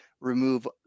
remove